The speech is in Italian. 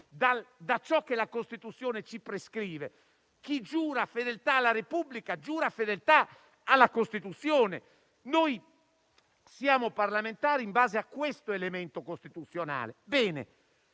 da ciò che la Costituzione ci prescrive. Chi giura fedeltà alla Repubblica giura fedeltà alla Costituzione. Noi siamo parlamentari in base a questo elemento costituzionale. Ma,